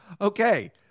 Okay